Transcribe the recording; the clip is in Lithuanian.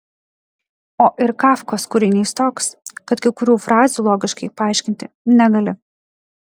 o ir kafkos kūrinys toks kad kai kurių frazių logiškai paaiškinti negali